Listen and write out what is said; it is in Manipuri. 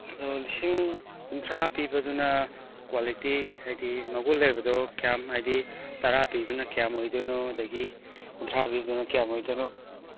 ꯑꯗꯣ ꯂꯤꯁꯤꯡ ꯀꯨꯟꯊ꯭ꯔꯥ ꯄꯤꯕꯗꯨꯅ ꯀ꯭ꯋꯥꯂꯤꯇꯤ ꯍꯥꯏꯗꯤ ꯃꯒꯨꯜ ꯂꯩꯕꯗꯣ ꯀ꯭ꯌꯥꯝ ꯍꯥꯏꯗꯤ ꯇꯔꯥ ꯄꯤꯕꯅ ꯀ꯭ꯌꯥꯝ ꯑꯣꯏꯗꯣꯏꯅꯣ ꯑꯗꯒꯤ ꯀꯨꯟꯊ꯭ꯔꯥ ꯄꯤꯕꯗꯨꯅ ꯀ꯭ꯌꯥꯝ ꯑꯣꯏꯗꯣꯏꯅꯣ